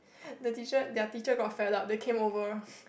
the teacher their teacher got fed up they came over